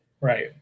Right